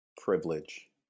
privilege